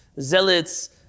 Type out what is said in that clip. Zealots